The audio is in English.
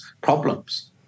problems